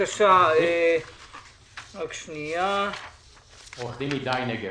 בבקשה, עו"ד הידי נגב.